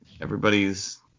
everybody's